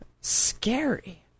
scary